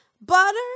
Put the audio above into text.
butter